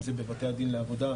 אם זה בבתי הדין לעבודה,